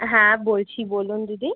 হ্যাঁ বলছি বলুন দিদি